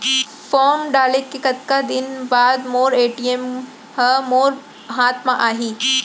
Form डाले के कतका दिन बाद मोर ए.टी.एम ह मोर हाथ म आही?